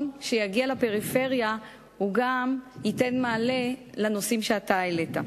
שיגיע לפריפריה גם ייתן מענה לנושאים שאתה העלית.